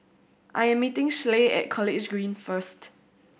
I am meeting Schley at College Green first